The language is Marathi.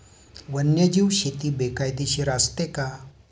वन्यजीव शेती बेकायदेशीर असते का?